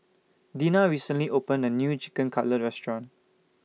Dina recently opened A New Chicken Cutlet Restaurant